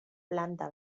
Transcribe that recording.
planta